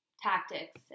tactics